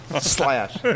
Slash